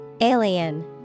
Alien